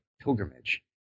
pilgrimage